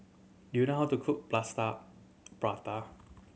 do you know how to cook Plaster Prata